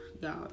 y'all